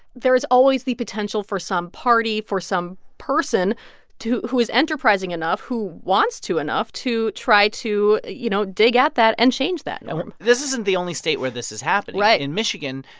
there is always the potential for some party, for some person who is enterprising enough, who wants to enough to try to, you know, dig at that and change that this isn't the only state where this is happening right in michigan,